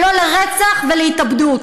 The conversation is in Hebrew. ולא לרצח ולהתאבדות.